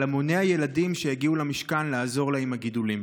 על המוני הילדים שהגיעו למשכן לעזור לה עם הגידולים.